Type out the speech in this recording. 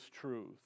truth